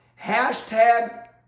hashtag